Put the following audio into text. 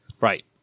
Right